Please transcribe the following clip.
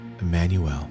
Emmanuel